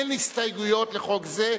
אין הסתייגויות לחוק זה,